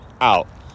out